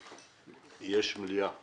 שמתקיימת מליאה במקביל,